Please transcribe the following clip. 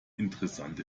interessante